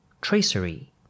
Tracery